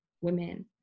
women